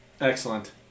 Excellent